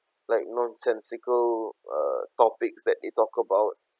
like nonsensical uh topics that they talk about